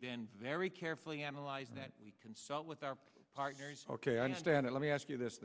been very carefully analyzed that we consult with our partners ok i understand it let me ask you this